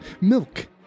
Milk